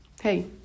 hey